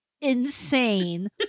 insane